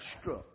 struck